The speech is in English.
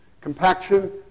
Compaction